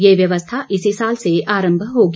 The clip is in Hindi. ये व्यवस्था इसी साल से आरंभ होगी